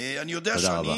תודה רבה.